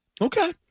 Okay